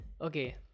Okay